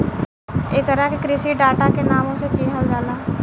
एकरा के कृषि डाटा के नामो से चिनहल जाला